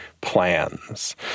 plans